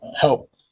help